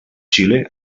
xile